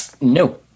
No